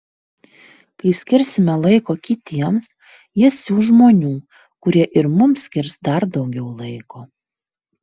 kai skirsime laiko kitiems jis siųs žmonių kurie ir mums skirs dar daugiau laiko